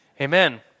amen